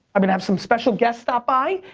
i'm gonna have some special guests stop by,